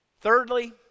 Thirdly